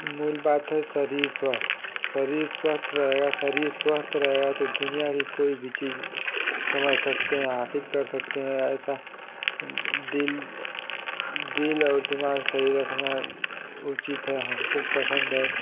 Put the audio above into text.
मूल बात है शरीर स्वस्थ शरीर स्वस्थ रहेगा शरीर स्वस्थ रहेगा तो दुनिया की कोई भी चीज समझ सकते हैं हासिल सकते हैं ऐसा दिल दिल और दिमाग सही रखना है उ चीज थोड़ा हमको पसंद है